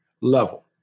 level